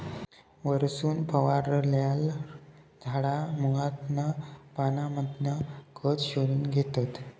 वरसून फवारल्यार झाडा मुळांतना पानांमधना खत शोषून घेतत